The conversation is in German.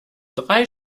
drei